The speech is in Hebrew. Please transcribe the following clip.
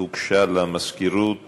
הוגש למזכירות